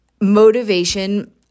motivation